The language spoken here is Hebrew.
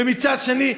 ומצד שני,